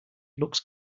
looks